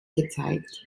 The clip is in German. gezeigt